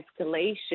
escalation